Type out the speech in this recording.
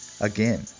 Again